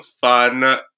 fun